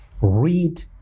read